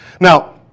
Now